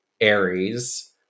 Aries